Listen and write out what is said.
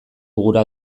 gura